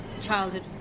childhood